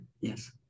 Yes